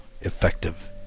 effective